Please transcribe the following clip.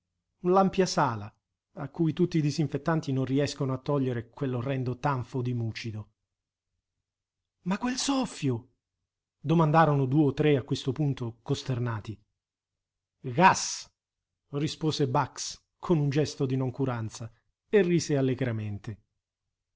l'ampia sala a cui tutti i disinfettanti non riescono a togliere quell'orrendo tanfo di mucido ma quel soffio domandarono due o tre a questo punto costernati gas rispose bax con un gesto di noncuranza e rise allegramente